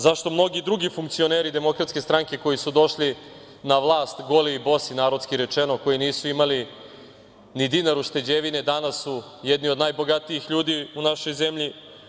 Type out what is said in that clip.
Zašto mnogi drugi funkcioneri DS koji su došli na vlast goli i bosi, narodski rečeno, koji nisu imali ni dinar ušteđevine, danas su jedni od najbogatijih ljudi u našoj zemlji.